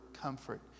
comfort